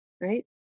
right